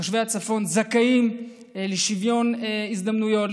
תושבי הצפון זכאים לשוויון הזדמנויות,